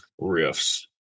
riffs